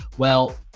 well,